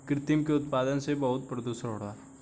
कृत्रिम के उत्पादन से बहुत प्रदुषण होला